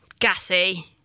gassy